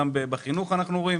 כמו שגם בחינוך אנחנו רואים.